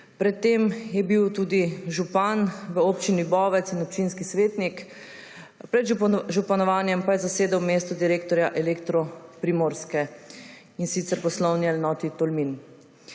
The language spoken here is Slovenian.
Pred tem je bil tudi župan v občini Bovec in občinski svetnik. Pred županovanjem pa je zasedal mesto direktorja Elektro Primorske, in sicer v poslovni enoti Tolmin.